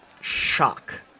shock